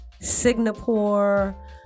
Singapore